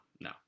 no